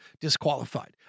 disqualified